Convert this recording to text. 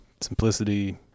simplicity